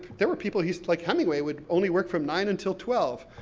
there were people who used to, like hemingway would only work from nine until twelve,